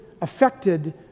affected